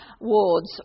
wards